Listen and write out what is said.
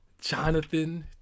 jonathan